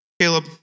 Caleb